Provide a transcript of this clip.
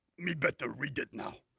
me better read it now.